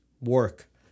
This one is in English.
work